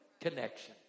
Connection